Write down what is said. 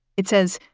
it says,